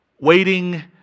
Waiting